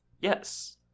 yes